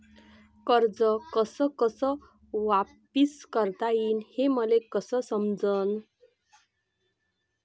कर्ज कस कस वापिस करता येईन, हे मले कस समजनं?